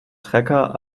trecker